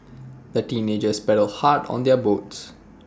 the teenagers paddled hard on their boats